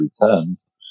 returns